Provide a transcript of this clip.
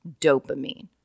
dopamine